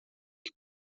que